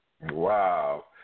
Wow